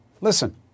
Listen